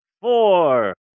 four